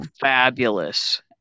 fabulous